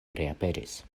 reaperis